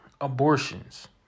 abortions